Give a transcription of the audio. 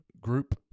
group